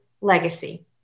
legacy